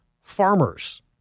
farmers